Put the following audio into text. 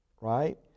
right